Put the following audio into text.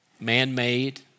man-made